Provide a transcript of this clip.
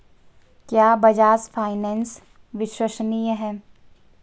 क्या बजाज फाइनेंस विश्वसनीय है?